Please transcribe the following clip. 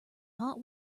hot